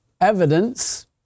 evidence